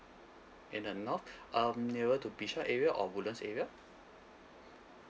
in the north um nearer to bishan area or woodlands area